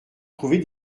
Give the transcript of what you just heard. trouver